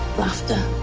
laughter,